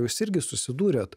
jūs irgi susidūrėt